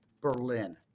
Berlin